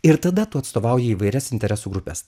ir tada tu atstovauji įvairias interesų grupes